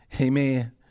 Amen